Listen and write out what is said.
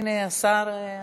הנה, השר נמצא פה.